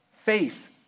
Faith